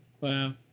Wow